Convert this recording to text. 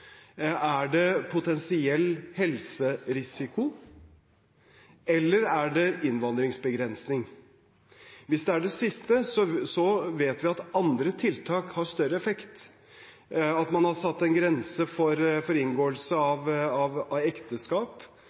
det en potensiell helserisiko, eller er det innvandringsbegrensning? Hvis det er det siste, vet vi at andre tiltak har større effekt. At man har satt en grense for inngåelse av ekteskap,